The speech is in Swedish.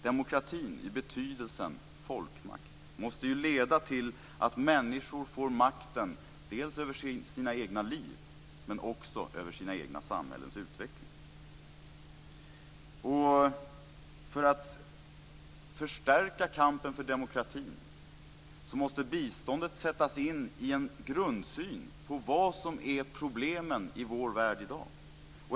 Demokratin, i betydelsen folkmakt, måste ju leda till att människor får makten dels över sina egna liv, dels också över sina egna samhällens utveckling. För att förstärka kampen för demokratin måste biståndet sättas in i en grundsyn på vad som är problemen i vår värld i dag.